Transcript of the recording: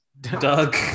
Doug